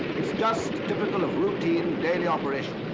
it's just typical of routine, daily operations.